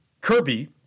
Kirby